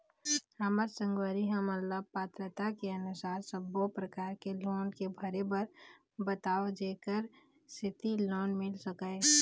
हमर संगवारी हमन ला पात्रता के अनुसार सब्बो प्रकार के लोन के भरे बर बताव जेकर सेंथी लोन मिल सकाए?